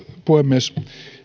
puhemies